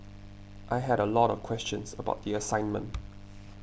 I had a lot of questions about the assignment